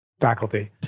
faculty